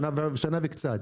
שנה וקצת.